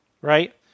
right